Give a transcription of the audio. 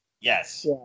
Yes